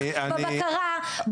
בבקרה,